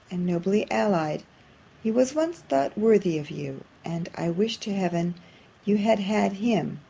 and nobly allied he was once thought worthy of you and i wish to heaven you had had him.